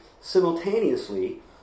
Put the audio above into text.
simultaneously